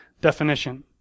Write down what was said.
definition